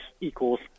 equals